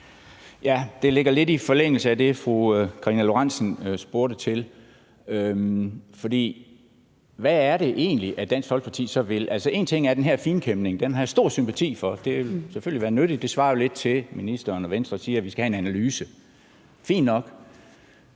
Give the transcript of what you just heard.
Det er lidt i forlængelse af det, fru Karina Lorentzen Dehnhardt spurgte til, for hvad er det egentlig, Dansk Folkeparti så vil? Altså, én ting er den her finkæmning – den har jeg stor sympati for. Det vil selvfølgelig være nyttigt, og det svarer jo lidt til, at ministeren og Venstre siger, at vi skal have en analyse – fint nok.